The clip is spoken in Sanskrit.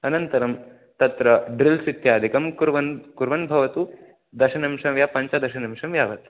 अनन्तरं तत्र ड्रिल्स् इत्यादिकं कुर्वन् कुर्वन् भवतु दशनिमिषं या पञ्चदशनिमिषं यावत्